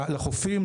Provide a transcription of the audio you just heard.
נזק לחופים,